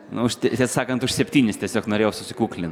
nu už tiesą sakant už septynis tiesiog norėjau susikuklin